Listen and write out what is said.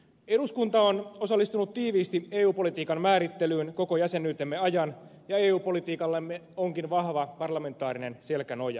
eduskunta on osallistunut tiiviisti eu politiikan määrittelyyn koko jäsenyytemme ajan ja eu politiikallamme onkin vahva parlamentaarinen selkänoja